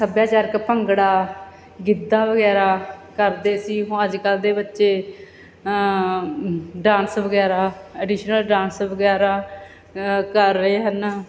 ਸੱਭਿਆਚਾਰਕ ਭੰਗੜਾ ਗਿੱਧਾ ਵਗੈਰਾ ਕਰਦੇ ਸੀ ਹੁਣ ਅੱਜ ਕੱਲ੍ਹ ਦੇ ਬੱਚੇ ਡਾਂਸ ਵਗੈਰਾ ਐਡੀਸ਼ਨਲ ਡਾਂਸ ਵਗੈਰਾ ਕਰ ਰਹੇ ਹਨ